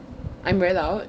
I'm very loud